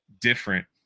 different